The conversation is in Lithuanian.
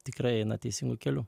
tikrai eina teisingu keliu